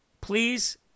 please